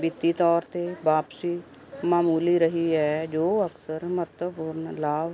ਵਿੱਤੀ ਤੌਰ 'ਤੇ ਵਾਪਸੀ ਮਾਮੂਲੀ ਰਹੀ ਹੈ ਜੋ ਅਕਸਰ ਮਹੱਤਵਪੂਰਨ ਲਾਭ